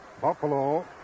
Buffalo